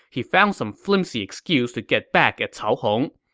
he found some flimsy excuse to get back at cao hong.